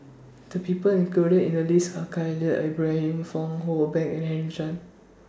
The People included in The list Are Khalil Ibrahim Fong Hoe Beng and Henry Chan